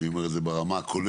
אני אומר את זה ברמה הכוללת,